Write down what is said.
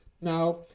Now